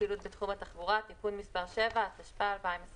התשפ"א-2021